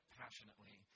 passionately